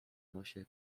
nosie